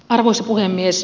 arvoisa puhemies